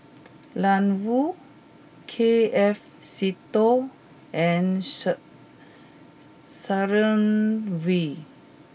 Ian Woo K F Seetoh and Sharon Wee